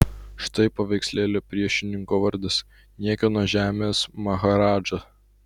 štai paveikslėlio priešininko vardas niekieno žemės maharadža